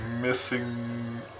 Missing